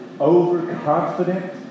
overconfident